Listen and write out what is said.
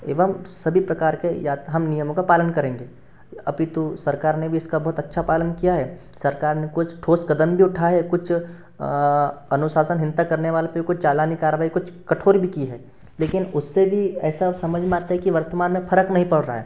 एवं सभी प्रकार के यात हम नियमों का पालन करेंगे अपितु सरकार ने भी इसका बहुत अच्छा पालन किया है सरकार ने कुछ ठोस कदम भी उठाए हैं कुछ अनुशासनहीनता करने वाले पर कुछ चालानी कर्रवाई कुछ कठोर भी की है लेकिन उससे भी ऐसा समझ में आता है कि वर्तमान में फरक नहीं पड़ रहा है